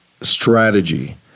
strategy